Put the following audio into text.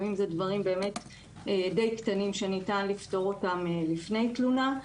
לפעמים זה דברים באמת די קטנים שניתן לפתור אותם לפני תלונה.